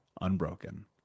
unbroken